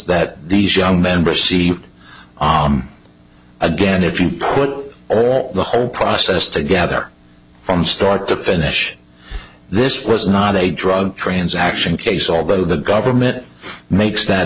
that these young men but see again if you put the whole process together from start to finish this was not a drug transaction case although the government makes that